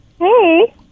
Hey